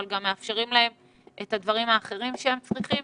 מאפשרים להם את הדברים האחרים שהם צריכים,